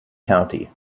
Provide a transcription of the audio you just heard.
county